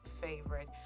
favorite